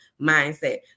mindset